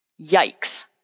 Yikes